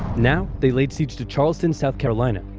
now, they laid siege to charleston, south carolina.